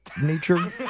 nature